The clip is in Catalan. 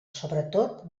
sobretot